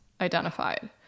identified